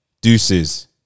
deuces